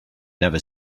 never